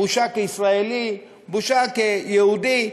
בושה כישראלי, בושה כיהודי.